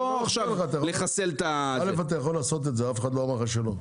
אתה יכול לעשות את זה; אף אחד לא אמר לך שלא.